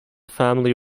family